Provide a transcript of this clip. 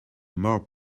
more